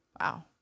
Wow